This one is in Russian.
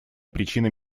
причина